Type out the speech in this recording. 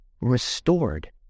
restored